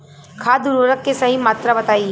खाद उर्वरक के सही मात्रा बताई?